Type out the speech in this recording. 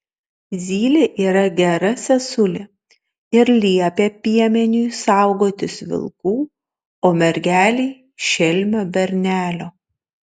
zylė yra gera sesulė ir liepia piemeniui saugotis vilkų o mergelei šelmio bernelio